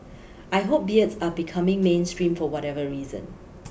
I hope beards are becoming mainstream for whatever reason